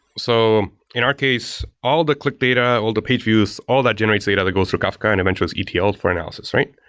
so in our case, all the click data, all the page views, all that generates data that goes through kafka and eventually it's etld for analysis, right?